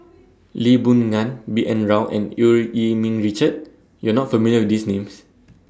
Lee Boon Ngan B N Rao and EU Yee Ming Richard YOU Are not familiar with These Names